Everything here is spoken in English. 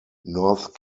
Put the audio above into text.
north